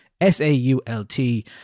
S-A-U-L-T